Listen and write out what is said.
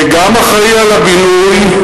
וגם אחראי לבינוי,